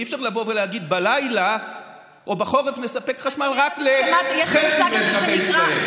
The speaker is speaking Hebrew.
אי-אפשר לבוא ולהגיד: בלילה או בחורף נספק חשמל רק לחלק מאזרחי ישראל.